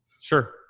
Sure